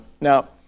Now